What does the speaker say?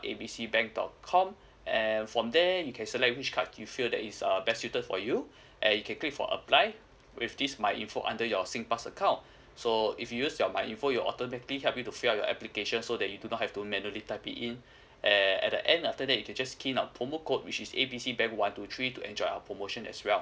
A B C bank dot com and from there you can select which card you feel that is err best suited for you and you can click for apply with this MyInfo under your SingPass account so if you use your MyInfo it'll automatic help you to fill up the application so that you do not have to manually type it in and at the end after that you just key in our promo code which is A B C bank one two three to enjoy our promotion as well